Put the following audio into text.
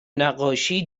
نقاشی